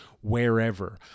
wherever